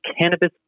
cannabis